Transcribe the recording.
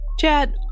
Chad